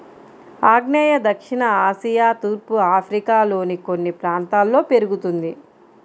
ఆగ్నేయ దక్షిణ ఆసియా తూర్పు ఆఫ్రికాలోని కొన్ని ప్రాంతాల్లో పెరుగుతుంది